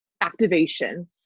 activation